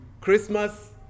Christmas